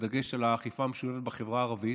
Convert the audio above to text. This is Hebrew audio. ובדגש על האכיפה בחברה הערבית,